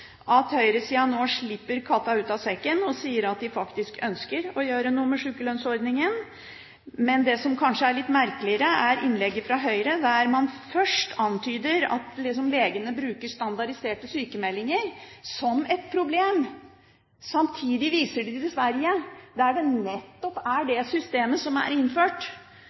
at høyresida nå slipper katta ut av sekken og sier at de faktisk ønsker å gjøre noe med sjukelønnsordningen. Men det som kanskje er litt merkeligere, er innlegget fra Høyre, der man først antyder at legenes bruk av standardiserte sjukmeldinger er et problem. Samtidig viser de til Sverige, der det nettopp er det systemet som er innført.